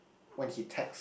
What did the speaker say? when he text